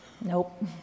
Nope